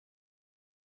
ya